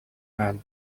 mal